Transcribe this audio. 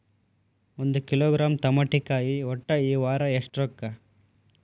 ಒಂದ್ ಕಿಲೋಗ್ರಾಂ ತಮಾಟಿಕಾಯಿ ಒಟ್ಟ ಈ ವಾರ ಎಷ್ಟ ರೊಕ್ಕಾ?